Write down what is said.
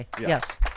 Yes